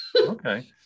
Okay